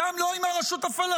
גם לא עם הרשות הפלסטינית,